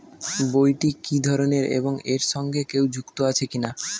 বইটি কি ধরনের এবং এর সঙ্গে কেউ যুক্ত আছে কিনা?